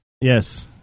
Yes